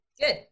Good